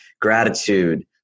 gratitude